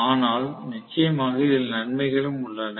ஆனால் நிச்சயமாக இதில் நன்மைகளும் உள்ளன